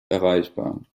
erreichbar